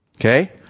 Okay